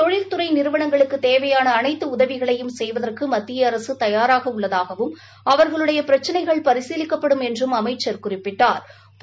தொழில்துறை நிறுவனங்களுக்குத் தேவையான அளைத்து உதவிகளையும் செய்வதற்கு மத்திய அரசு தபாராக உள்ளதாகவும் அவா்களுடைய பிரச்சினைகள் பரிசீலிக்கப்படும் என்றும் அமைச்ச் குறிப்பிட்டாள்